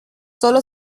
sólo